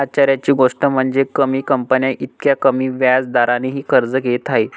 आश्चर्याची गोष्ट म्हणजे, कमी कंपन्या इतक्या कमी व्याज दरानेही कर्ज घेत आहेत